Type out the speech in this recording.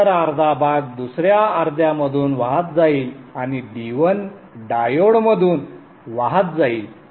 इतर अर्धा भाग दुसर्या अर्ध्यामधून वाहत जाईल आणि D1 डायोडमधून वाहत जाईल